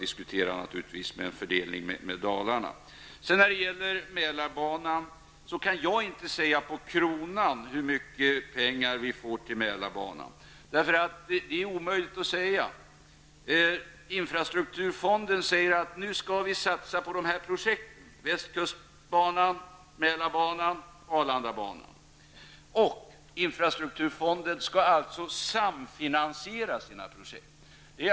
Det är naturligtvis när det gäller fördelningen även en fråga som man får diskutera med representanter från Dalarna. Jag kan inte säga exakt på kronan hur mycket pengar man får till Mälarbanan. Det är omöjligt att göra. Från Infrastrukturfonden sägs att man skall satsa på vissa projekt -- Västkustbanan, Infrastrukturfonden skall alltså samfinansiera sina projekt.